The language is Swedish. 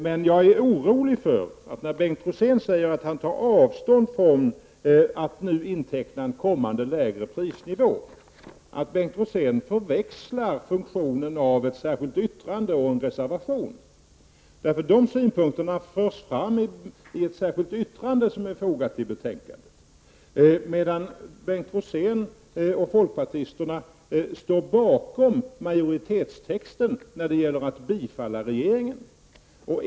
Men när Bengt Rosén säger att han tar avstånd från att nu inteckna en kommande lägre prisnivå, är jag orolig för att Bengt Rosén förväxlar funktionen av ett särskilt yttrande och av en reservation. Dessa synpunkter förs nämligen fram i ett särskilt yttrande som är fogat till betänkandet. Men Bengt Rosén och folkpartisterna står bakom majoritetens skrivning när det gäller att bifalla regeringens förslag.